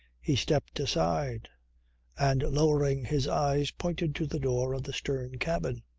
he stepped aside and lowering his eyes pointed to the door of the stern-cabin.